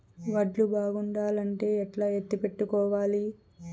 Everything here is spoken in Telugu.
వడ్లు బాగుండాలంటే ఎట్లా ఎత్తిపెట్టుకోవాలి?